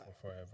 Forever